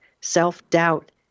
Self-doubt